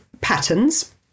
patterns